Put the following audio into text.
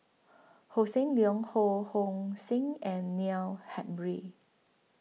Hossan Leong Ho Hong Sing and Neil Humphreys